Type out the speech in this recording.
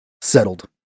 settled